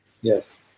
Yes